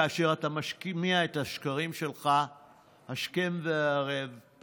כאשר אתה משמיע את השקרים שלך השכם והערב,